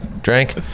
drank